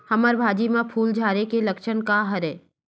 हमर भाजी म फूल झारे के लक्षण का हरय?